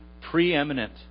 preeminent